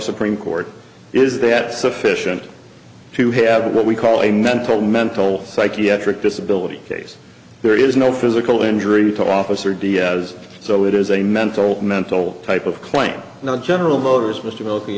supreme court is that sufficient to have what we call a mental mental psychiatric disability case there is no physical injury to officer diaz so it is a mental mental type of claim not general motors